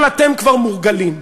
אבל אתם כבר מורגלים,